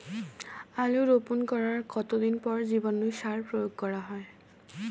আলু রোপণ করার কতদিন পর জীবাণু সার প্রয়োগ করা হয়?